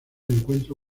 encuentro